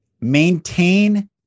Maintain